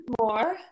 More